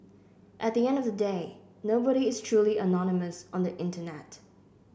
at the end of the day nobody is truly anonymous on the internet